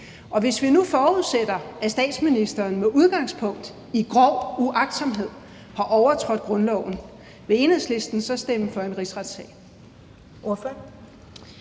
og hvis vi nu forudsætter, at statsministeren med udgangspunkt i grov uagtsomhed har overtrådt grundloven, vil Enhedslisten så stemme for en rigsretssag?